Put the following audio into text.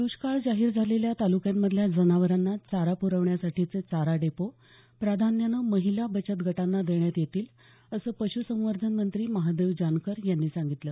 दष्काळ जाहीर झालेल्या ताल्क्यांमधल्या जनावरांना चारा प्रवण्यासाठीचे चारा डेपो प्राधान्यानं महिला बचत गटांना देण्यात येतील असं पश्संवर्धन मंत्री महादेव जानकर यांनी सांगितलं